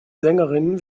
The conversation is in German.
sängerinnen